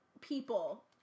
people